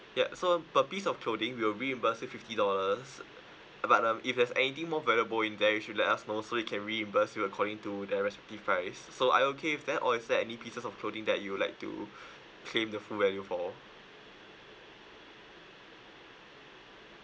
yup so per piece of clothing we will reimburse a fifty dollars but um if there's anything more valuable in there you should let us know so we can reimburse you according to the rectifies so are you okay with that or is there any pieces of clothing that you'd like to claim the full value for